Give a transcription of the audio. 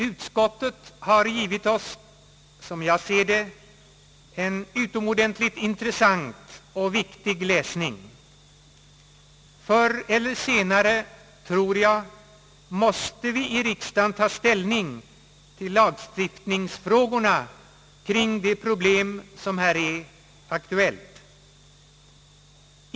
Utskottet har givit oss, som jag ser det, en utomordentligt intressant och viktig läsning. Jag tror att vi i riksdagen förr eller senare måste ta ställning till lagstiftningsfrågorna kring de problem som här är aktuella.